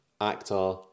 actor